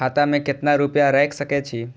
खाता में केतना रूपया रैख सके छी?